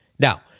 Now